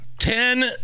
ten